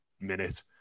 minute